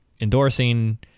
endorsing